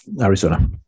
Arizona